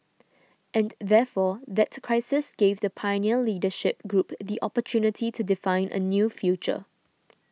and therefore that crisis gave the pioneer leadership group the opportunity to define a new future